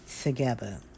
together